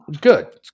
Good